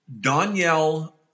Danielle